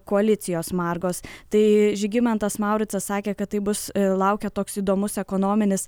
koalicijos margos tai žygimantas mauricas sakė kad taip bus laukia toks įdomus ekonominis